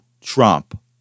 Trump